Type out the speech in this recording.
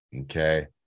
okay